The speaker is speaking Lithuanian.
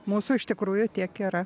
mūsų iš tikrųjų tiek yra